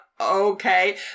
okay